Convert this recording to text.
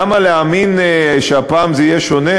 למה להאמין שהפעם זה יהיה שונה,